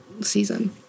season